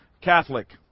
Catholic